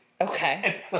Okay